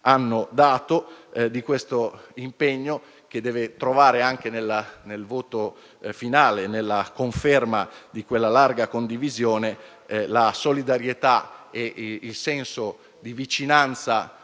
confronti di tale impegno, che deve trovare anche nel voto finale e nella conferma di quella larga condivisione quella solidarietà e quel senso di vicinanza